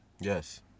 Yes